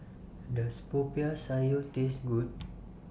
Does Popiah Sayur Taste Good